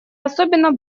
особенно